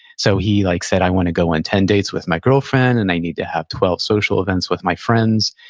so he like said, i want to go on ten dates with my girlfriend, and i need to have twelve social events with my friends.